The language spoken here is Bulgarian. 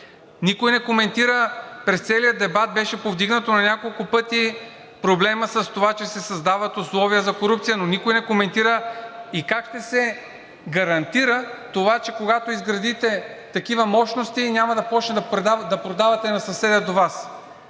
Никой не коментира, през целия дебат беше повдигнато на няколко пъти, проблемът с това, че се създават условия за корупция, но никой не коментира и как ще се гарантира това, че когато изградите такива мощности, няма да започнете да продавате на съседа до Вас.